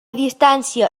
distància